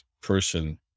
person